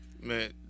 Man